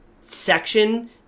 section